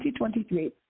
2023